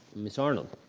ms. arnold?